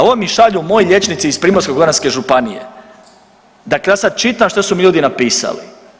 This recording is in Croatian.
Ovo mi šalju moji liječnici iz Primorsko-goranske županije, dakle ja sad čitam šta su mi ljudi napisali.